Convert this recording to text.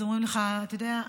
אומרים לך: אתה יודע,